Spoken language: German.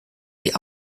die